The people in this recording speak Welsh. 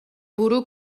bwrw